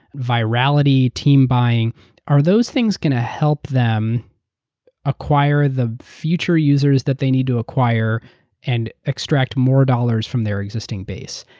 virality, team buyingeur are those things going to help them acquire the future users that they need to acquire and extract more dollars from their existing base?